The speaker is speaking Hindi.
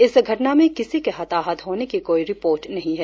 इस घटना में किसी के हताहत होने की कोई रिपोर्ट नहीं है